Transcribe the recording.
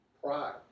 pride